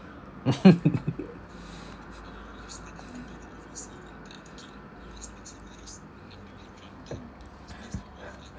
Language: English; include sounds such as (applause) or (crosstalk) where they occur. (laughs)